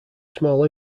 small